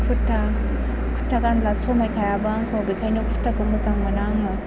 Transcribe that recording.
कुर्ता कुर्ता गानब्ला समायखायाबो आंखौ बेखायनो कुर्ताखौ मोजां मोना आङो